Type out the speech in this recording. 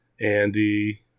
Andy